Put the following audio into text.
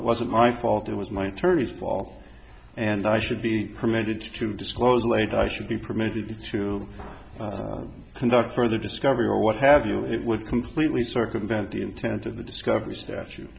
it wasn't my fault it was my attorney's ball and i should be permitted to disclose later i should be permitted to conduct further discovery or what have you it would completely circumvent the intent of the discovery statu